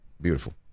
Beautiful